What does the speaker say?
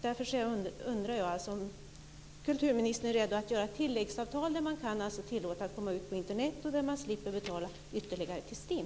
Därför undrar jag om kulturministern är redo att göra ett tilläggsavtal där man kan tillåtas att komma ut på Internet och där man slipper att betala ytterligare till STIM.